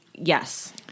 Yes